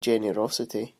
generosity